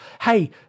hey